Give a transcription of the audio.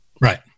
right